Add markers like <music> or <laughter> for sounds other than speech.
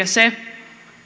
<unintelligible> se